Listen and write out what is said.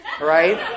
right